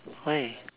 why